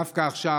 דווקא עכשיו,